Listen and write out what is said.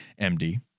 MD